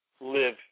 live